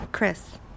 Chris